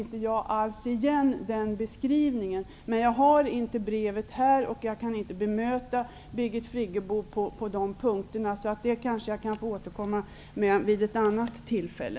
Men jag har inte brevet här, så jag kan inte bemöta Birgit Friggebo på de punkterna. Det kanske jag kan få återkomma till vid ett annat tillfälle.